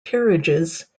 peerages